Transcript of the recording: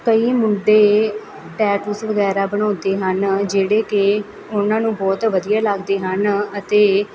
ਕਈ ਮੁੰਡੇ ਟੈਟੂਸ ਵਗੈਰਾ ਬਣਾਉਂਦੇ ਹਨ ਜਿਹੜੇ ਕਿ ਉਹਨਾਂ ਨੂੰ ਬਹੁਤ ਵਧੀਆ ਲੱਗਦੇ ਹਨ ਅਤੇ